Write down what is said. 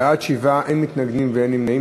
בעד, 7, אין מתנגדים ואין נמנעים.